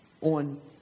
on